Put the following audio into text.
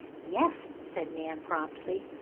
yes, said nan promptly,